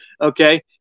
Okay